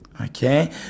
okay